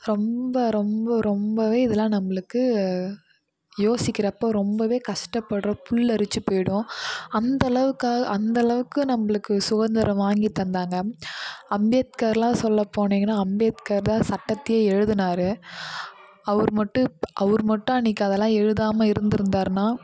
ரொம்ப ரொம்ப ரொம்பவே இதெல்லாம் நம்மளுக்கு யோசிக்கிறப்போ ரொம்பவே கஷ்டப்படுறோம் புல்லரிச்சு போய்டும் அந்தளவுக்கா அந்தளவுக்கு நம்மளுக்கு சுதந்திரம் வாங்கித் தந்தாங்க அம்பேத்கர்லாம் சொல்ல போனீங்கன்னா அம்பேத்கர் தான் சட்டத்தையே எழுதுனார் அவர் மட்டும் அவர் மட்டும் அன்றைக்கு அதெல்லாம் எழுதாமல் இருந்துருந்தாருனா